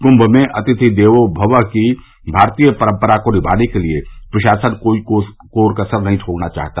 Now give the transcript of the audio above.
कुंभ में अतिथि देवो भवः की भारतीय परम्परा को निभाने के लिए प्रशासन कोई कोर कसर नहीं छोड़ना चाहता